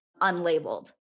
unlabeled